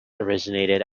originated